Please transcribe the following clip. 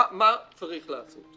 מה צריך לעשות?